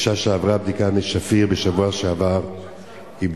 אשה שעברה בדיקת מי שפיר בשבוע שעבר איבדה